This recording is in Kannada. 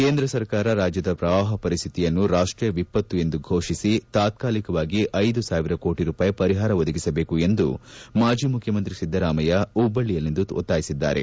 ಕೇಂದ್ರ ಸರ್ಕಾರ ರಾಜ್ಯದ ಪ್ರವಾಹ ಪರಿಸ್ಥಿತಿಯನ್ನು ರಾಷ್ಟೀಯ ವಿಪತ್ತು ಎಂದು ಘೋಷಿಸಿ ತಾತ್ಕಾಲಿಕವಾಗಿ ನ್ ಸಾವಿರ ಕೋಟಿ ರೂಪಾಯಿ ಪರಿಹಾರ ಒದಗಿಸಬೇಕು ಎಂದು ಮಾಜಿ ಮುಖ್ಯಮಂತ್ರಿ ಸಿದ್ದರಾಮಯ್ಯ ಹುಬ್ಬಳ್ಳಯಲ್ಲಿಂದು ಒತ್ತಾಯಿಸಿದ್ದಾರೆ